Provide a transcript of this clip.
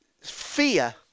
fear